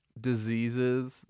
diseases